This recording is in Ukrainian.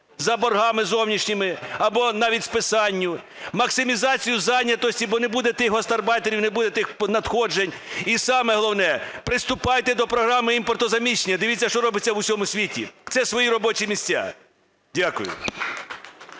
за боргами зовнішніми або навіть списанню, максимізацію зайнятості, бо не буде тих гастарбайтерів, не буде тих надходжень. І саме головне, приступайте до програми імпортозаміщення. Дивіться, що робиться, в усьому світі. Це свої робочі місця. Дякую.